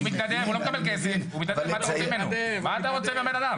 הוא מתנדב, הוא לא מקבל כסף, מה אתה רוצה מהבנאדם?